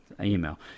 email